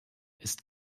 ist